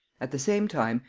at the same time,